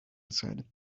said